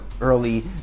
early